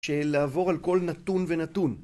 שלעבור על כל נתון ונתון.